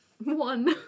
One